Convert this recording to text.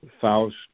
Faust